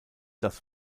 das